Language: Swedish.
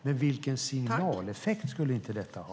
Och vilken signaleffekt skulle det ha?